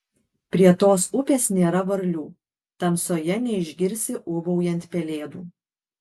prie tos upės nėra varlių tamsoje neišgirsi ūbaujant pelėdų